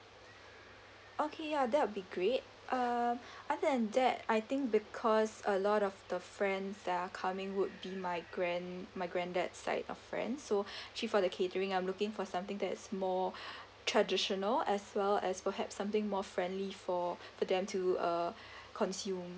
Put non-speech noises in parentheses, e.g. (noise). okay ya that will be great uh (breath) other than that I think because a lot of the friends that are coming would be my grand my granddad side of friend so (breath) actually for the catering I'm looking for something that is more (breath) traditional as well as perhaps something more friendly for to them to uh (breath) consume